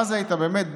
אז היית באמת,